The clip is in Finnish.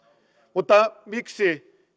mutta miksi